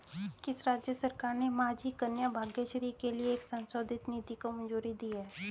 किस राज्य सरकार ने माझी कन्या भाग्यश्री के लिए एक संशोधित नीति को मंजूरी दी है?